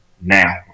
now